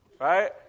Right